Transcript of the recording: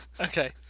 Okay